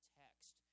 text